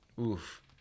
oof